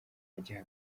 agiha